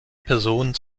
personen